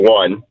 one